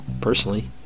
personally